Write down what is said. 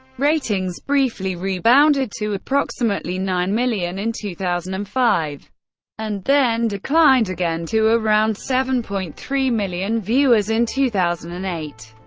ratings briefly rebounded to approximately nine million in two thousand and five and then declined again to around seven point three million viewers in two thousand and eight,